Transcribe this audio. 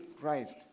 Christ